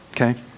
Okay